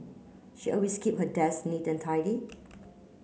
she always keep her desk neat and tidy